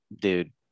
dude